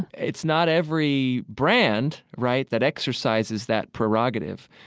it's not every brand, right, that exercises that prerogative,